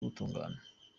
gutungana